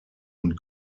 und